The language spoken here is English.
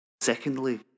Secondly